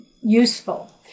useful